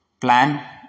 plan